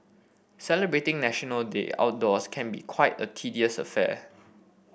celebrating National Day outdoors can be quite a tedious affair